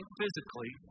physically